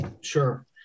Sure